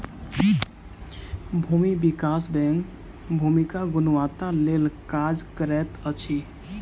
भूमि विकास बैंक भूमिक गुणवत्ताक लेल काज करैत अछि